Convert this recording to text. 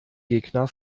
gegner